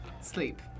Sleep